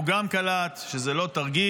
גם קלט שזה לא תרגיל,